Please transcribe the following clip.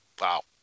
Wow